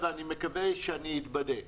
ואני מקווה שאני אתבדה.